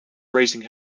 raising